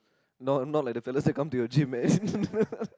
not not like the fellow say come to your gym man